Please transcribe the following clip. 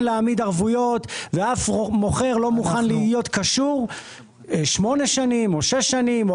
להעמיד ערבויות ואף מוכר לא מוכן להיות קשור שמונה שנים או שש שנים או